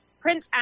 Prince